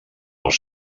els